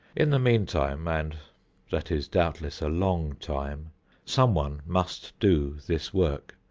in the meantime and that is doubtless a long time some one must do this work.